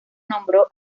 nombró